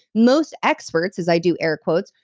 most experts, as i do air quotes,